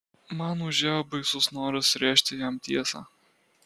man užėjo baisus noras rėžti jam tiesą